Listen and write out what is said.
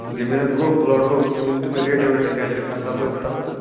زٔمیٖن حظ لوٚگ پلاٹ لوٚگ تُہۍ ؤنۍ تَو مےٚ ریٹا ویٹا کیاہ چھِ گَژھان تَپٲرۍ تَتھ تہٕ